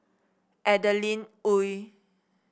Adeline Ooi